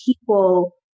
people